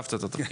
עזבת את התפקיד?